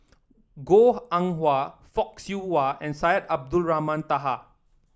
Goh Eng Wah Fock Siew Wah and Syed Abdulrahman Taha